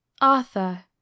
Arthur